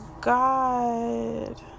god